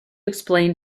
explain